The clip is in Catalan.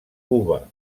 cuba